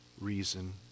reason